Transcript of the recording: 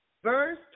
Verse